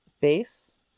base